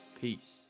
Peace